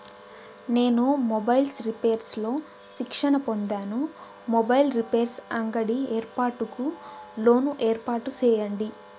నేను mobiles repairs లో శిక్షణ పొందాను, మొబైల్ రిపైర్స్ అంగడి ఏర్పాటుకు లోను ఏర్పాటు సేయండి?